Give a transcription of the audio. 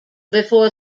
before